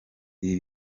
ibi